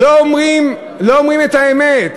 לא אומרים, לא אומרים את האמת.